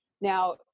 Now